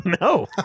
No